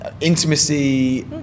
intimacy